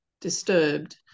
disturbed